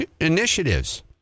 initiatives